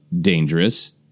dangerous